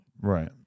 Right